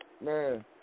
Man